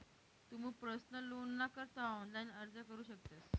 तुमू पर्सनल लोनना करता ऑनलाइन अर्ज करू शकतस